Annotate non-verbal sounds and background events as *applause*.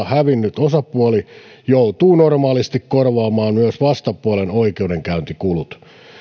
*unintelligible* hävinnyt osapuoli joutuu normaalisti korvaamaan myös vastapuolen oikeudenkäyntikulut